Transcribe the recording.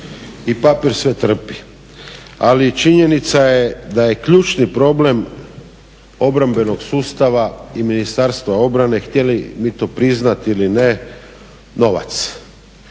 i papir sve trpi. Ali činjenica je da je ključni problem obrambenog sustava i Ministarstva obrane htjeli mi to priznati ili ne novac